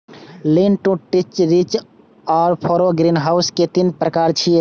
lean to detached, ridge आ furrow greenhouse के तीन प्रकार छियै